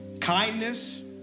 kindness